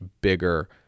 bigger